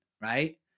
right